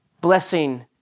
blessing